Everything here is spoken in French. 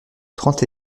trente